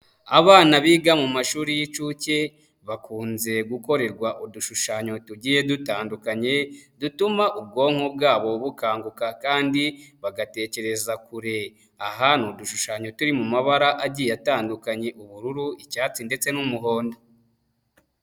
Abana biga mu mashuri y'inshuke bakunze gukorerwa udushushanyo tugiye dutandukanye dutuma ubwonko bwabo bukanguka kandi bagatekereza kure, aha ni udushushanyo turi mu mabara agiye atandukanye ubururu, icyatsi ndetse n'umuhondo.